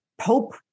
pope